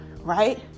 right